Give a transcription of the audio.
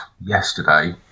yesterday